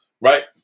right